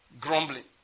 grumbling